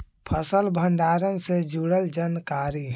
फसल भंडारन से जुड़ल जानकारी?